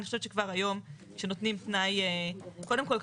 קודם כל,